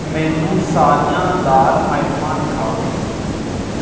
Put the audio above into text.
ਮੈਨੂੰ ਸਾਰੀਆਂ ਦਾਲ ਆਈਟਮਾਂ ਦਿਖਾਓ